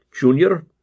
Junior